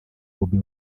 bobi